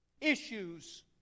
issues